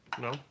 No